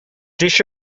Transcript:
dish